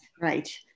right